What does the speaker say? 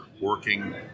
working